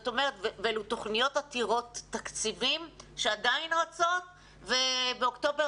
ואלו תוכניות עתירות תקציבים שעדיין רצות ובאוקטובר